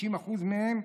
60% מהם,